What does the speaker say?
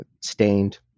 stained